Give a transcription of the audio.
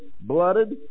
blooded